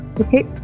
Okay